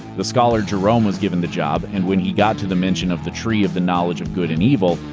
the scholar jerome was given the job, and when he got to the mention of the tree of the knowledge of good and evil,